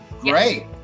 great